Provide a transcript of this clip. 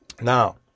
Now